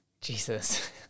Jesus